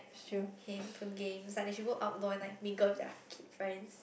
handphone games like they should go outdoor and like mingle with their kid~ friends